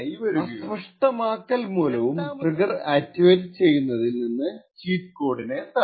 രാണ്ടാമതായി ഇന്പുട്കൾ അസ്പഷ്ടമാക്കൽ മൂലവും ട്രിഗർ ആക്ടിവേറ്റ് ചെയ്യുന്നതിൽ നിന്ന് ചീറ്റ് കോഡിനെ തടയും